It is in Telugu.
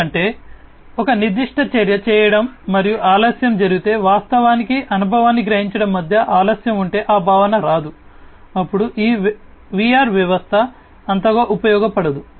ఎందుకంటే ఒక నిర్దిష్ట చర్య చేయడం మరియు ఆలస్యం జరిగితే వాస్తవానికి అనుభవాన్ని గ్రహించడం మధ్య ఆలస్యం ఉంటే ఆ భావన రాదు అప్పుడు ఈ VR వ్యవస్థ అంతగా ఉపయోగపడదు